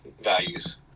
values